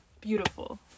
beautiful